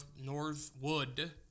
Northwood